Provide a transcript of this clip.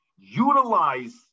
Utilize